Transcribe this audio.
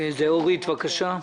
אורית, בבקשה.